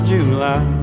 July